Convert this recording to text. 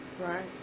Right